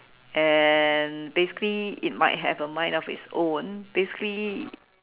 and basically it might have a mind of its own basically